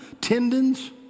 tendons